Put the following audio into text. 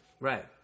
Right